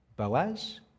Boaz